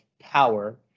power